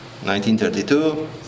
1932